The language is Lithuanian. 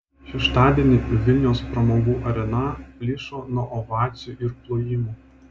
šeštadienį vilniaus pramogų arena plyšo nuo ovacijų ir plojimų